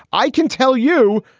i can tell you,